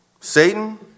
Satan